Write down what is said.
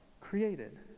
created